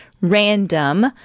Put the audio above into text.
random